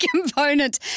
component